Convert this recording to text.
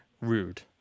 rude